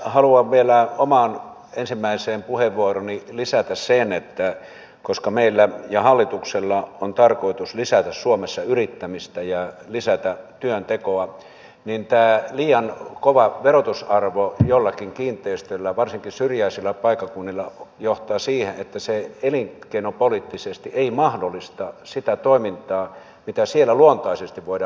haluan vielä omaan ensimmäiseen puheenvuorooni lisätä sen että koska meillä ja hallituksella on tarkoitus lisätä suomessa yrittämistä ja lisätä työntekoa niin tämä liian kova verotusarvo jollakin kiinteistöllä varsinkin syrjäisillä paikkakunnilla johtaa siihen että se elinkeinopoliittisesti ei mahdollista sitä toimintaa mitä siellä luontaisesti voidaan harjoittaa